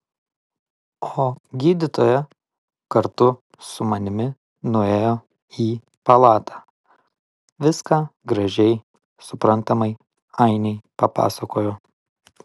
o gydytoja kartu su manimi nuėjo į palatą viską gražiai suprantamai ainei papasakojo